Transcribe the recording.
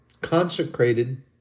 consecrated